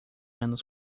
anos